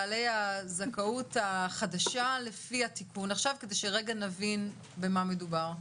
בעלי הזכאות החדשה לפי התיקון עכשיו כדי שנבין במה מדובר.